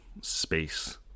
space